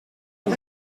son